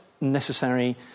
necessary